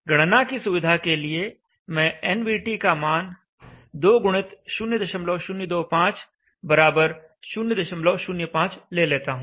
गणना की सुविधा के लिए मैं nVT का मान 2 x 0025 005 ले लेता हूं